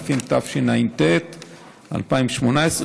התשע"ט 2018,